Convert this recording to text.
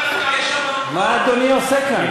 מה אדוני עושה כאן?